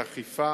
אכיפה,